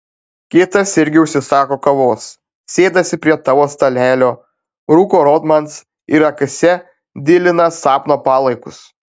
kitas irgi užsisako kavos sėdasi prie tavo stalelio rūko rotmans ir akyse dilina sapno palaikus